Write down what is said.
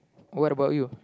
what about you